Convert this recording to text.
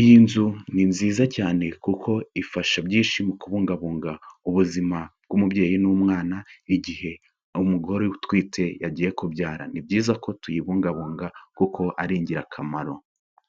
Iyi nzu ni nziza cyane kuko ifasha byinshi mu kubungabunga ubuzima bw'umubyeyi n'umwana igihe umugore utwite yagiye kubyara. Ni byiza ko tuyibungabunga kuko ari ingirakamaro.